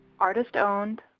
artist-owned